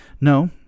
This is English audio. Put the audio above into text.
No